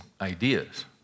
ideas